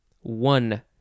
One